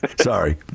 Sorry